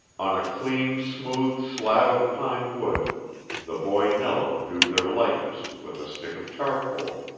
on a clean smooth slab of pine wood the boy nello drew their likeness with a stick of charcoal.